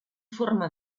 forma